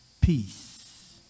peace